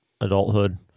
adulthood